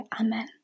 Amen